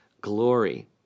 glory